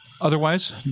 Otherwise